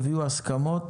הביאו הסכמות,